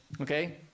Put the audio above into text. Okay